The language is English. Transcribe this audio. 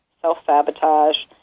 self-sabotage